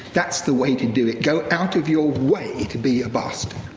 that's the way to do it, go out of your way to be a bastard.